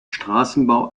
straßenbau